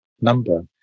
number